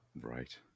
Right